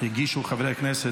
מכיוון שהשנה האקדמית